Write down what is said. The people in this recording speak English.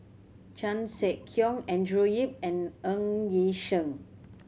Chan Sek Keong Andrew Yip and Ng Yi Sheng